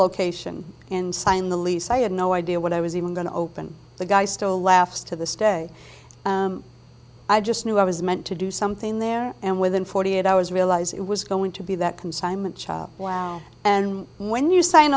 location and sign the lease i had no idea what i was even going to open the guy still laughs to this day i just knew i was meant to do something there and within forty eight hours realize it was going to be that consignment shop wow and when you sign